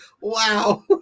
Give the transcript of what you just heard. Wow